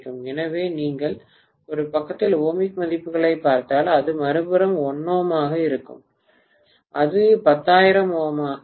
எனவே நீங்கள் ஒரு பக்கத்தில் ஓமிக் மதிப்புகளைப் பார்த்தால் அது மறுபுறம் 1ῼ ஆக இருந்தால் அது 10000Ω ஆக இருக்கும்